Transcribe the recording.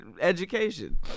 education